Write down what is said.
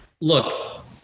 Look